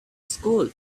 school